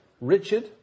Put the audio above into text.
Richard